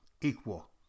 equal